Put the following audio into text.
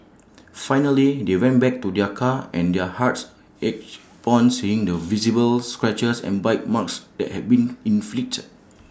finally they went back to their car and their hearts ached upon seeing the visible scratches and bite marks that had been inflicted